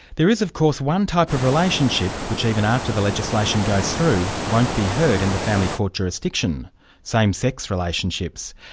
there is of course one type of relationship which even after the legislation goes through won't be heard in the family court jurisdiction same sex relationships.